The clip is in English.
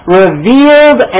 revealed